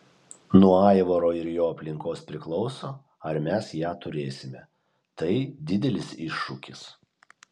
nuo aivaro ir jo aplinkos priklauso ar mes ją turėsime tai didelis iššūkis